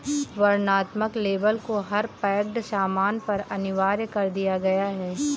वर्णनात्मक लेबल को हर पैक्ड सामान पर अनिवार्य कर दिया गया है